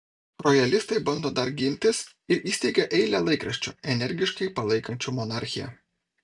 rojalistai bando dar gintis ir įsteigia eilę laikraščių energiškai palaikančių monarchiją